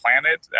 planet